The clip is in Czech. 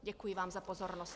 Děkuji vám za pozornost.